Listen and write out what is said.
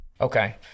Okay